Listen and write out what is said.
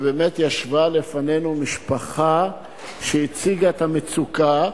ובאמת ישבה בפנינו משפחה שהציגה את המצוקה,